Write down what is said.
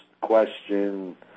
question